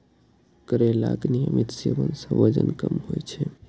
करैलाक नियमित सेवन सं वजन कम होइ छै